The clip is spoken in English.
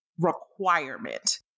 requirement